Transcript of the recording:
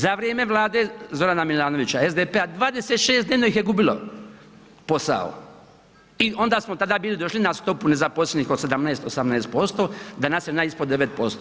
Za vrijeme Vlade Zorana Milanovića, SDP-a 26 dnevno ih je gubilo posao i onda smo tada bili došli na stopu nezaposlenih od 17, 18%, danas je ona ispod 9%